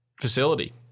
facility